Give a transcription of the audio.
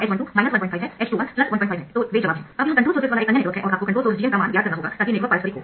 अब यह controlled sources वाला एक अन्य नेटवर्क है और आप को कंट्रोल सोर्स Gm का मान ज्ञात करना होगा ताकि नेटवर्क पारस्परिक हो